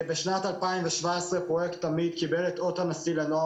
בשנת 2017 פרויקט תמי"ד קיבל את אות הנשיא לנוער